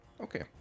Okay